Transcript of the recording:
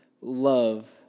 love